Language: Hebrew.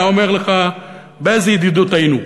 הוא היה אומר לך באיזה ידידות היינו,